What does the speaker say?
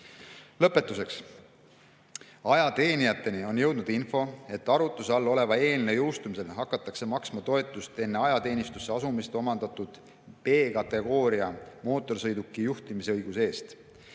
Lõpetuseks. Ajateenijateni on jõudnud info, et arutluse all oleva eelnõu jõustumisel hakatakse maksma toetust enne ajateenistusse asumist omandatud B-kategooria mootorsõiduki juhtimise õiguse eest,